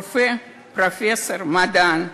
רופא, פרופסור, מדען.